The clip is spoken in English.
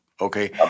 Okay